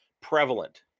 prevalent